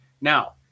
Now